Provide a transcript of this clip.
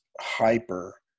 hyper